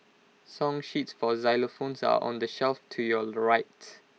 song sheets for xylophones are on the shelf to your right